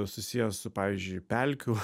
susijęs su pavyzdžiui pelkių